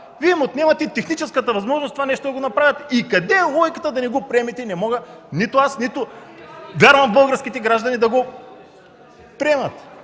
Вие им отнемате техническата възможност това нещо да го направят и къде е логиката да не го приемате не мога нито аз, нито вярвам българските граждани да го приемат.